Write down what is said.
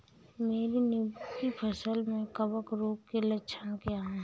मेरी नींबू की फसल में कवक रोग के लक्षण क्या है?